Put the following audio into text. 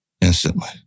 instantly